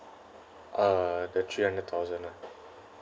uh the three hundred thousand one